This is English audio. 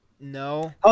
No